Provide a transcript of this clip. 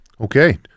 Okay